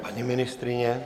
Paní ministryně?